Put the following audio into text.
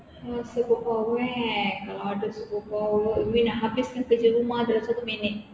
kalau ada superpower eh kalau ada superpower I nak habiskan kerja rumah dalam satu minit